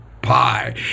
pie